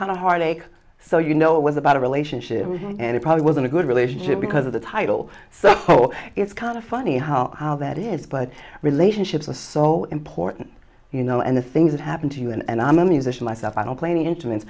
kind of heartache so you know it was about a relationship and it probably wasn't a good relationship because of the title so it's kind of funny how how that is but relationships was so important you know and the things that happen to you and i'm a musician myself i don't play any instruments